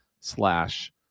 slash